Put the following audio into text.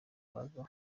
baza